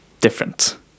different